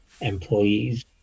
employees